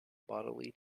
bodily